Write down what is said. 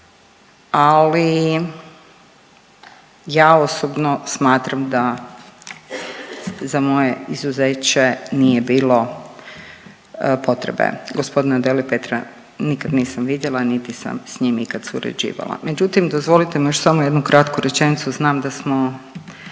ali ja osobno smatram da za moje izuzeće nije bilo potrebe. Gospodina Delipetra nikad nisam vidjela niti sam s njim ikad surađivala. Međutim dozvolite mi samo još jednu kratku rečenicu, znam da smo